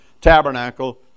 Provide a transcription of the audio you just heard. tabernacle